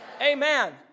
Amen